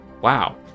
Wow